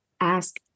ask